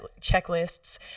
checklists